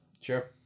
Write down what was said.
Sure